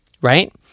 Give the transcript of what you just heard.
Right